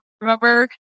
remember